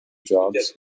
jobs